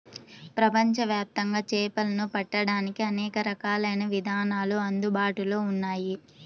ప్రపంచవ్యాప్తంగా చేపలను పట్టడానికి అనేక రకాలైన విధానాలు అందుబాటులో ఉన్నాయి